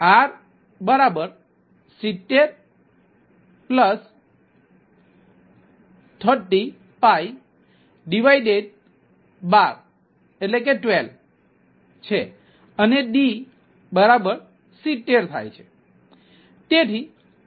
તેથી R703012છે અને D70 છે તેથી R D3012 7